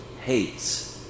hates